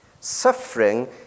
Suffering